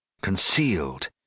Concealed